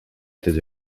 этого